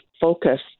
focus